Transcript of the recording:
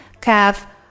calf